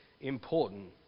important